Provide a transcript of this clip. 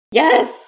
yes